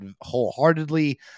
wholeheartedly